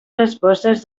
respostes